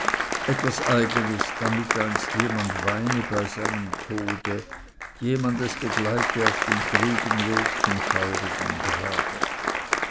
etwas eigenes damit einst jemand weine bei seinem tode jemand es begleite auf dem trüben wege zum schaurigen grabe